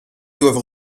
doivent